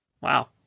Wow